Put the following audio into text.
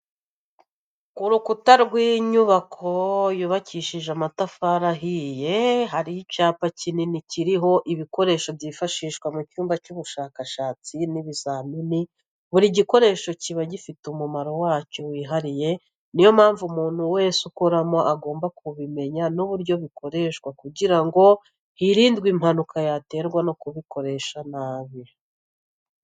Ku rukukuta w'inyubako yubakishije amatafari ahiye hari icyapa kikini kiriho ibikoresho byifashishwa mu cyumba cy'ubushakashatsi n'ibizamini, buri gikoresho kiba gifite umumaro wacyo wihariye ni yo mpamvu umuntu wese ukoramo agomba kubimenya n'uburyo bikoreshwa kugira ngo hirindwe impanuka yaterwa no kubikoresa nabi.